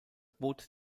boot